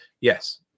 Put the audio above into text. Yes